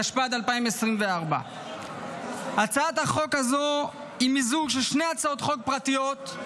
התשפ"ה 2024. הצעת חוק זו היא מיזוג של שתי הצעות חוק פרטיות: